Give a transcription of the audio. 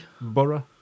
borough